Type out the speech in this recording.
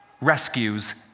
rescues